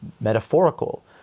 metaphorical